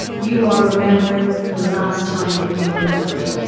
you are remembering the last time that you remembered it.